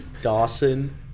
Dawson